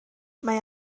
mae